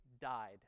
died